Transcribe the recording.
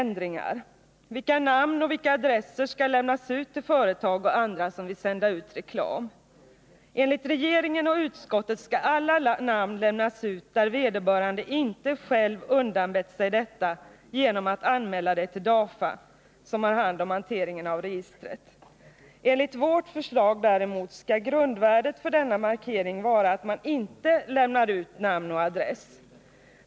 Vilka namn och vilka adresser skall lämnas ut till företag och andra som vill sända ut reklam? Enligt regeringen och utskottet skall alla namn lämnas ut, såvitt vederbörande inte själv undanbett sig detta genom att anmäla det till DAFA, som sköter hanteringen av registret. Enligt vårt förslag däremot skall grundvärdet för denna markering vara att namn och adress inte skall lämnas ut.